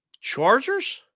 Chargers